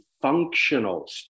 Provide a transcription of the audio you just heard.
functional